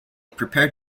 prepared